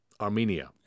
Armenia